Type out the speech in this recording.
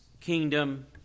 kingdom